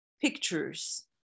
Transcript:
pictures